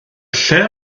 lle